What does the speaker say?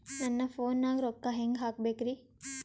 ನನ್ನ ಫೋನ್ ನಾಗ ರೊಕ್ಕ ಹೆಂಗ ಹಾಕ ಬೇಕ್ರಿ?